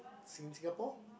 sing~ Singapore